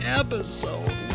episode